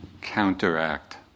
counteract